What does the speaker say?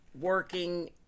working